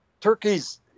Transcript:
turkeys